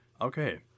Okay